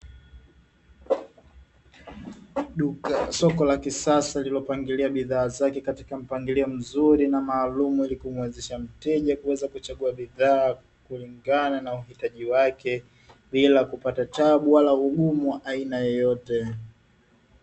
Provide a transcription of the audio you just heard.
Soko la kisasa lililopangilia bidhaa zake katika mpangilio mzuri na maalumu ili kumwezesha mteja, kuweza kuchagua bidhaa kulingana na uhitaji wake bila kupata tabu wala ugumu wa aina yeyote.